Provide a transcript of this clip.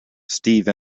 steve